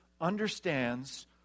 understands